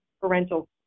parental